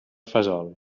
fesol